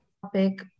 topic